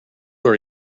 are